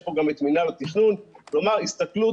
יש פה גם את מינהל התכנון, כלומר, הסתכלות